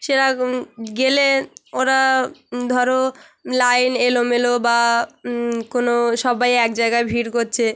সেরকম গেলে ওরা ধর লাইন এলোমেলো বা কোনো সবাই এক জায়গায় ভিড় করছে